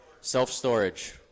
Self-storage